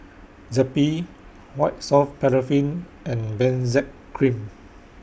Zappy White Soft Paraffin and Benzac Cream